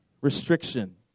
restriction